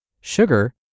sugar